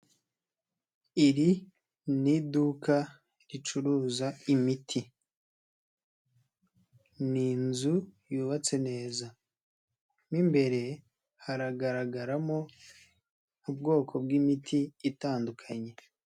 Iri niduka ricuruza imiti. Ni inzu yubatse neza mo imbere haragaragaramo ubwoko bw'imiti itandukanye.